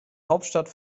hauptstadt